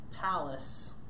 palace